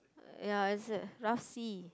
ya is like rusty